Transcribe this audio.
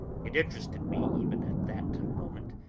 it interested me, even at that moment,